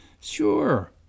Sure